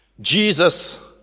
Jesus